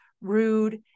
rude